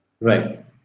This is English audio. right